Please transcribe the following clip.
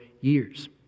years